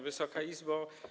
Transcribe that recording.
Wysoka Izbo!